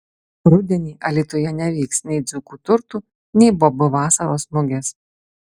rudenį alytuje nevyks nei dzūkų turtų nei bobų vasaros mugės